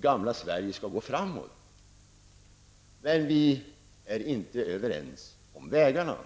gamla Sverige skall gå framåt. Vi är dock inte överens om vägarna.